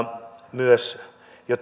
myös jo